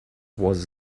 was